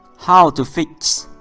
how to fix